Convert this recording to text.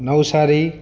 Navsari